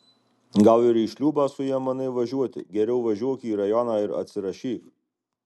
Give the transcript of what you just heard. gal ir į šliūbą su ja manai važiuoti geriau važiuok į rajoną ir atsirašyk